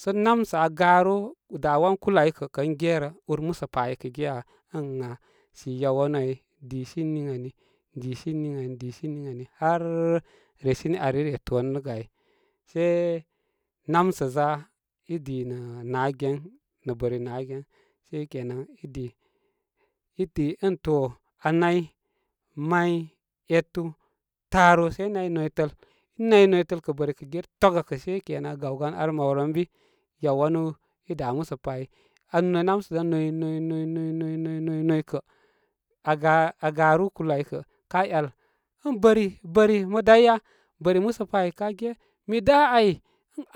Sə namə' aa garə da wan kulə ay kə kən gerə ur musəpa ay kə ge ya ən gliə. si yawanu ai disi ən nin ani disi ən nin ani disi ən ani har resini ar i re tonəgə ay sə namsə za i di nə naagen bəri naagen. Sekena idi-idi ən to aa nay, may, etu, taaru, i nay noytəl i nay noytəl kə bəri kə gir twagə kə se kena gawgan ar mawrə ən bi yawanu i da musəpa ai, aa noy, namsə da noy, noy, noy noy, noy, noy, kə' a ga-a garubarubar kələ aykə ka 'yal ən bəri, bəri mə daya? Bəri musəpa ai ka ge' mi da ay